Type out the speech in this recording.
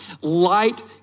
light